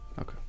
Okay